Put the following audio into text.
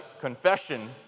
confession